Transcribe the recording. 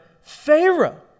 Pharaoh